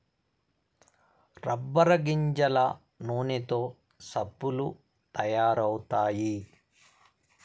rubber గింజల నూనెతో సబ్బులు తయారు అవుతాయి